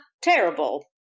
terrible